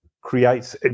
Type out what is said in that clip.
creates